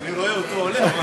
אני רואה אותו עולה.